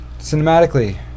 cinematically